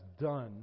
done